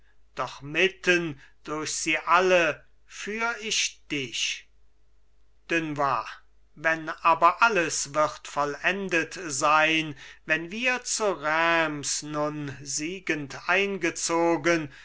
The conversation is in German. doch mitten durch sie alle führ ich dich dunois wenn aber alles wird vollendet sein wenn wir zu reims nun siegend eingezogen